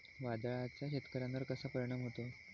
वादळाचा शेतकऱ्यांवर कसा परिणाम होतो?